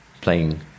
playing